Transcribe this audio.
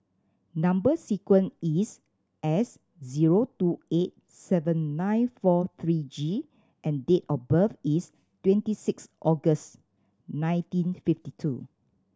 number sequence is S zero two eight seven nine four three G and date of birth is twenty six August nineteen fifty two